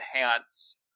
enhance